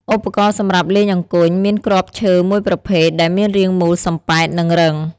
ឧបករណ៍សម្រាប់លេងអង្គញ់ មានគ្រាប់ឈើមួយប្រភេទដែលមានរាងមូលសំប៉ែត និងរឹង ។